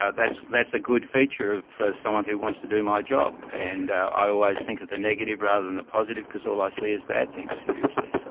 ah that's that's a good feature for someone who wants to do my job. and i always think of the negative rather than the positive because all i see is bad things usually, so